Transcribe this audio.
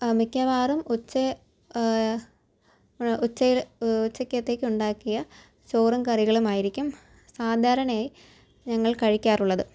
അ മിക്കവാറും ഉച്ച ഉച്ചയിൽ ഉച്ചക്കേത്തേക്ക് ഉണ്ടാക്കിയ ചോറും കറികളുമായിരിക്കും സാധാരണയായി ഞങ്ങൾ കഴിക്കാറുള്ളത്